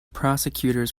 prosecutors